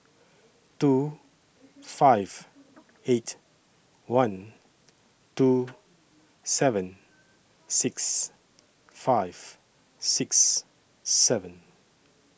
two five eight one two seven six five six seven